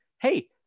hey